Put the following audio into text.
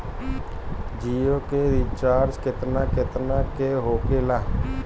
जियो के रिचार्ज केतना केतना के होखे ला?